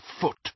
foot